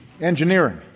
engineering